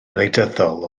wleidyddol